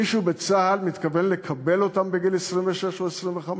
מישהו בצה"ל מתכוון לקבל אותם בגיל 26, 25